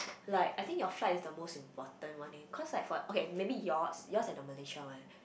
like I think your flight is the most important one leh cause like for okay maybe yours yours at the malaysia one